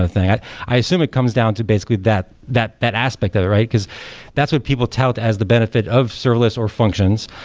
a thing i assume it comes down to basically that that aspect of it, right? because that's what people tell that has the benefit of serverless or functions,